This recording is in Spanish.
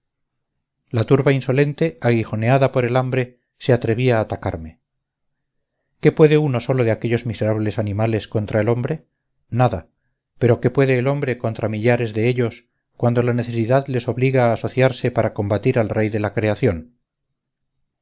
la turba insolente aguijoneada por el hambre se atrevía a atacarme qué puede uno solo de aquellos miserables animales contra el hombre nada pero qué puede el hombre contra millares de ellos cuando la necesidad les obliga a asociarse para combatir al rey de la creación